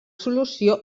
solució